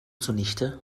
zunichte